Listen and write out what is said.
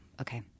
okay